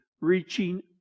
reaching